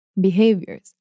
behaviors